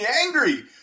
angry